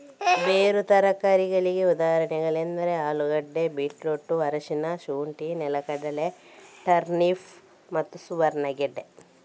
ಬೇರು ತರಕಾರಿಗಳಿಗೆ ಉದಾಹರಣೆಗಳೆಂದರೆ ಆಲೂಗೆಡ್ಡೆ, ಬೀಟ್ರೂಟ್, ಅರಿಶಿನ, ಶುಂಠಿ, ನೆಲಗಡಲೆ, ಟರ್ನಿಪ್ ಮತ್ತು ಸುವರ್ಣಗೆಡ್ಡೆ